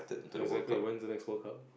exactly when's the next World Cup